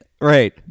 right